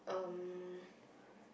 um